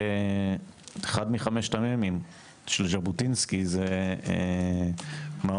אחד מחמשת המ"מים של ז'בוטינסקי זה מעון,